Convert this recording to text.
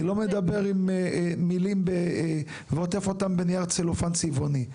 אני לא מדבר מילים ועוטף אותן בנייר צלופן צבעוני.